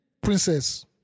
princess